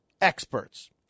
experts